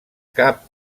cap